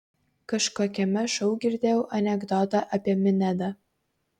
kažkokiame šou girdėjau anekdotą apie minedą